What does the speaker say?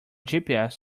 gps